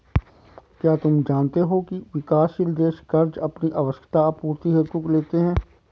क्या तुम जानते हो की विकासशील देश कर्ज़ अपनी आवश्यकता आपूर्ति हेतु लेते हैं?